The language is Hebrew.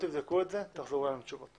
תבדקו את זה ותחזרו אלינו עם תשובות.